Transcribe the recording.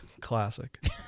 Classic